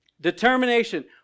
Determination